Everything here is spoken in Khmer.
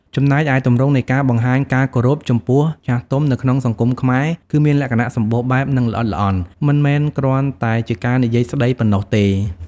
ចំណែកឯទម្រង់នៃការបង្ហាញការគោរពចំពោះចាស់ទុំនៅក្នុងសង្គមខ្មែរគឺមានលក្ខណៈសម្បូរបែប និងល្អិតល្អន់ មិនមែនគ្រាន់តែការនិយាយស្ដីប៉ុណ្ណោះទេ។